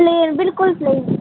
plain बिल्कुल plain